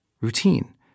routine